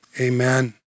amen